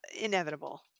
inevitable